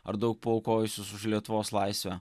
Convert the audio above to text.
ar daug paaukojusius už lietuvos laisvę